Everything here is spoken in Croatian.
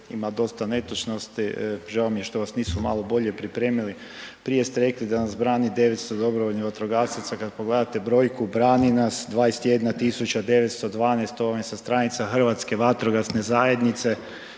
ima dosta netočnosti, žao mi je što vas nisu malo bolje pripremili, prije ste rekli da nas brani 900 dobrovoljnih vatrogasaca, kad pogledate brojku brani nas 21912, to vam je sa stranica Hrvatske vatrogasne zajednice,